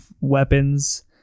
weapons